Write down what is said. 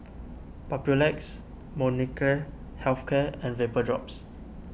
Papulex Molnylcke Health Care and Vapodrops